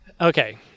Okay